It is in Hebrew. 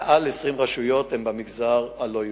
מעל 20 רשויות הן במגזר הלא-יהודי.